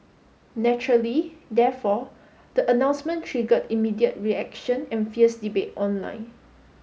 naturally therefore the announcement triggered immediate reaction and fierce debate online